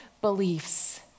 beliefs